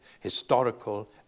historical